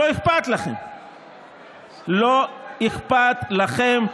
לא אכפת לכם.